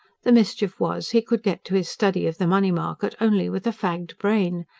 the mischief was, he could get to his study of the money-market only with a fagged brain.